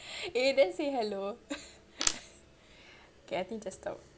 eh then say hello okay I think just stop